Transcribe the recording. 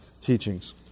teachings